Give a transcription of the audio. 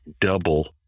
double